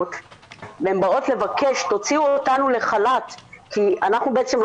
שמטפלות מסוימות יצאו לחל"ת וביניהן גם מטפלות